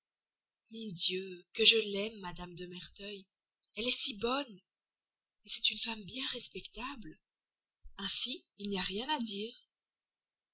mon dieu que je l'aime mme de merteuil elle est si bonne c'est une femme bien respectable ainsi il n'y a rien à dire